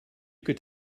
could